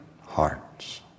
hearts